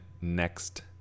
next